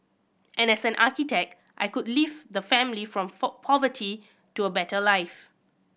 and as an architect I could lift the family from poverty to a better life